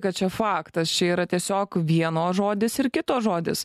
kad čia faktas čia yra tiesiog vieno žodis ir kito žodis